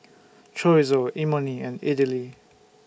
Chorizo Imoni and Idili